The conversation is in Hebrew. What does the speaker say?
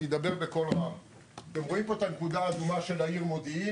אתם רואים פה את הנקודה האדומה של העיר מודיעין